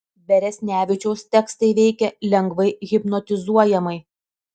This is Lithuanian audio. beresnevičiaus tekstai veikia lengvai hipnotizuojamai